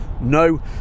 No